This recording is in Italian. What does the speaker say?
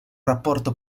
rapporto